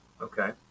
Okay